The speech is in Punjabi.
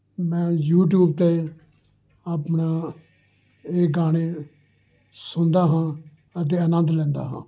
ਮੈਂ ਯੂਟਿਊਬ 'ਤੇ ਆਪਣਾ ਇਹ ਗਾਣੇ ਸੁਣਦਾ ਹਾਂ ਅਤੇ ਆਨੰਦ ਲੈਂਦਾ ਹਾਂ